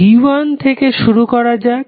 v1 থেকে শুরু করা যাক